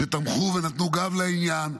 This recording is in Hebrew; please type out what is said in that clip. שתמכו ונתנו גב לעניין.